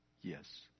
yes